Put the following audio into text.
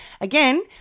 Again